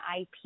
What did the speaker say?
IP